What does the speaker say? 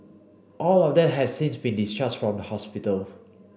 all of them have since been discharged from the hospital